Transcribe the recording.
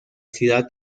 ciudad